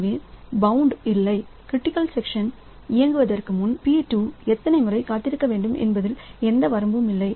எனவே வரம்பு இல்லைகிரிட்டிக்கல் சக்சன் இறங்குவதற்கு முன் P2 எத்தனை முறை காத்திருக்க வேண்டும் என்பதில் எந்த வரம்பும் இல்லை